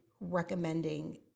recommending